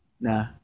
nah